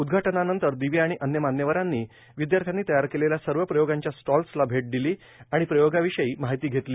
उदघाटनानंतर दिवे आणि अन्य मान्यवरांनी विदयार्थ्यांनी तयार केलेल्या सर्व प्रयोगांच्या स्टॉल्सला भेट दिली आणि प्रयोगांविषयी माहिती घेतली